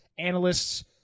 Analysts